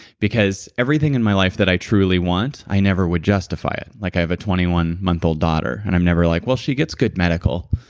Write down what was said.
because everything in my life that i truly want, i never would justify it. like i have a twenty one month old daughter, and i'm never like, well, she gets good medical.